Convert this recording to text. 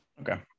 okay